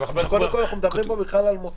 קודם כול, אנחנו מדברים פה על מוסד.